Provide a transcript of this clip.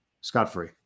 scot-free